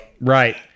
Right